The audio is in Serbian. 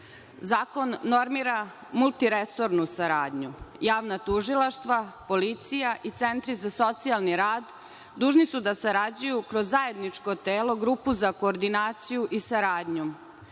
Zakon normira multiresornu saradnju. Javna tužilaštva, policija i centri za socijalni rad, dužni su da sarađuju kroz zajedničko telo - grupu za koordinaciju i saradnju.